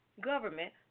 government